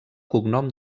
cognom